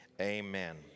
amen